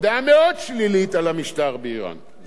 זה השלב הבא, ואני אשמח אם תגיע לשם.